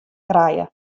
krije